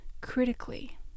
critically